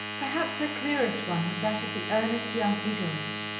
perhaps her clearest one was that of the earnest young egoist,